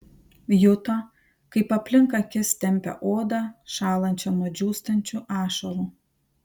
juto kaip aplink akis tempia odą šąlančią nuo džiūstančių ašarų